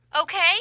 Okay